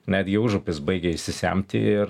netgi užupis baigia išsisemti ir